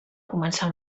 començar